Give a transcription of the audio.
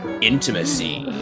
intimacy